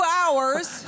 hours